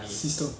system